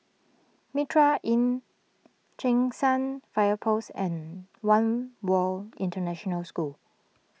Mitraa Inn Cheng San Fire Post and one World International School